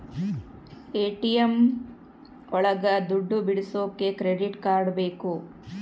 ATM ಒಳಗ ದುಡ್ಡು ಬಿಡಿಸೋಕೆ ಕ್ರೆಡಿಟ್ ಕಾರ್ಡ್ ಬೇಕು